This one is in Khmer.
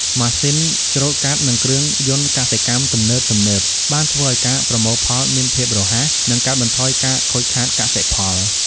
ម៉ាស៊ីនច្រូតកាត់ និងគ្រឿងយន្តកសិកម្មទំនើបៗ បានធ្វើឱ្យការប្រមូលផលមានភាពរហ័ស និងកាត់បន្ថយការខូចខាតកសិផល។